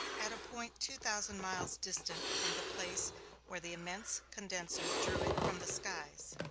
at a point two thousand miles distant from the place where the immense condenser drew it from the skies.